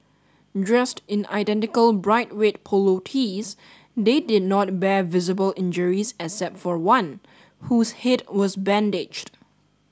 dressed in identical bright red polo tees they did not bear visible injuries except for one whose head was bandaged